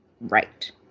Right